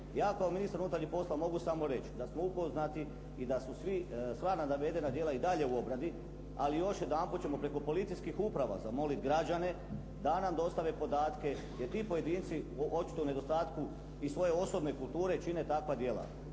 Ja kao ministar unutarnjih poslova mogu samo reći da smo upoznati i da su svi, sva navedena djela i dalje u obradi, ali još jedanput ćemo preko policijskih uprava zamoliti građane da nam dostave podatke, jer ti pojedinci očito u nedostatku i svoje osobne kulture čine takva djela.